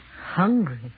Hungry